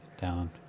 down